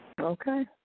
Okay